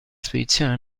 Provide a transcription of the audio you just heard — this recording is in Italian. spedizione